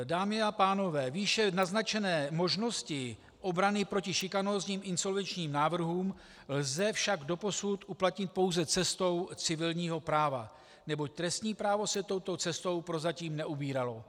Dámy a pánové, výše naznačené možnosti obrany proti šikanózním insolvenčním návrhům lze však doposud uplatnit pouze cestou civilního práva, neboť trestní právo se touto cestou prozatím neubíralo.